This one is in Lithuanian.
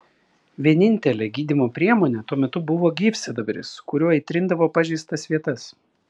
vienintelė gydymo priemonė tuo metu buvo gyvsidabris kuriuo įtrindavo pažeistas vietas